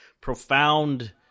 profound